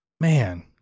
Man